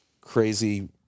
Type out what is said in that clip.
crazy